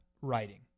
writing